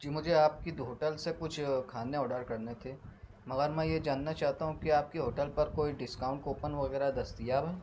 جی مجھے آپ کی ہوٹل سے کچھ کھانے آڈر کرنے تھے مگر میں یہ جاننا چاہتا ہوں کہ آپ کے ہوٹل پر کوئی ڈسکاؤنٹ کوپن وغیرہ دستیاب ہے